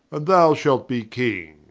and thou shalt be king